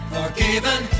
Forgiven